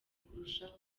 kurushaho